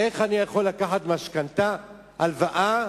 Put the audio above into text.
איך אני יכול לקחת משכנתה, הלוואה,